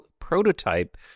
prototype